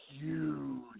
huge